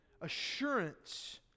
assurance